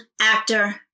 actor